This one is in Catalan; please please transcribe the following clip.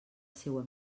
seua